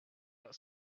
out